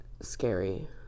scary